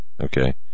okay